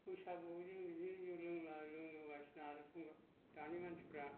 बैसागुआव जों बिदिनो जौ लोंला लोंलि दानि मानसिफ्रा